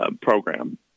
program